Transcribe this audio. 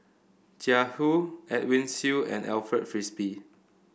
Jiang Hu Edwin Siew and Alfred Frisby